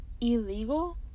illegal